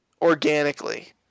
Organically